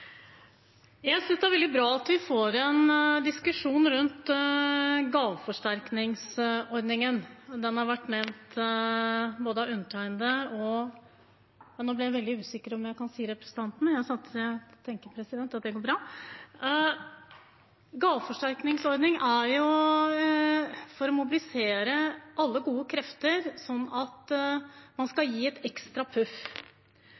Jeg synes det er veldig bra at vi får en diskusjon rundt gaveforsterkningsordningen. Den har vært nevnt av både undertegnede og representanten Trettebergstuen. Gaveforsterkningsordningen finnes for å mobilisere alle gode krefter, slik at man kan gi et ekstra puff.